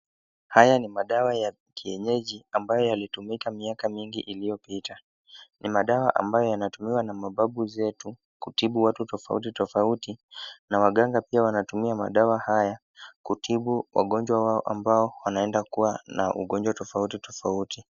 Haya ni madawa ya kienyeji ambayo yalitumika miaka nyingi iliyopita. Ni madawa ambayo yanatumiwa na mababu zetu kutibu watu tofauti tofauti na waganga pia wanatumia madawa haya kutibu wagonjwa wao ambao wanaenda kuwa na ugonjwa tofauti tofauti.